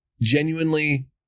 genuinely